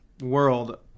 world